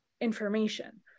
information